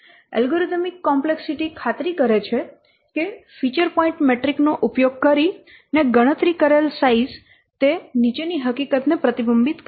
algorithmic complexity ખાતરી કરે છે કે ફીચર પોઇન્ટ મેટ્રિક નો ઉપયોગ કરીને ગણતરી કરેલ સાઈઝ તે નીચેની હકીકતને પ્રતિબિંબિત કરે છે